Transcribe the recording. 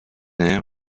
air